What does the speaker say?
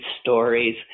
stories